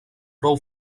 prou